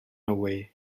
away